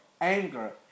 Anger